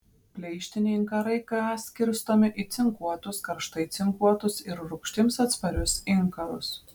pleištiniai inkarai ka skirstomi į cinkuotus karštai cinkuotus ir rūgštims atsparius inkarus